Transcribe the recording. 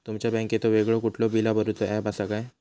तुमच्या बँकेचो वेगळो कुठलो बिला भरूचो ऍप असा काय?